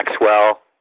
Maxwell